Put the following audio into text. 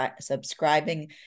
subscribing